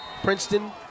Princeton